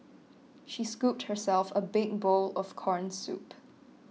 she scooped herself a big bowl of Corn Soup